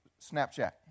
Snapchat